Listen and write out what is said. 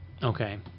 Okay